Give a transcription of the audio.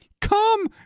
Come